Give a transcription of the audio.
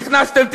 נכנסתם,